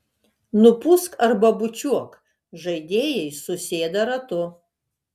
nupūsk arba bučiuok žaidėjai susėda ratu